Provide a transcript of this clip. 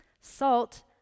Salt